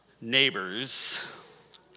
neighbors